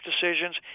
decisions